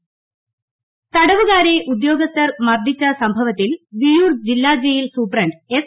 suspension തടവുകാരെ ഉദ്യോഗസ്ഥർ മർദിച്ച സംഭവത്തിൽ വിയ്യൂർ ജില്ലാ ജയിൽ സൂപ്രണ്ട് എസ്